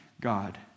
God